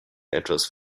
etwas